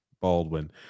Baldwin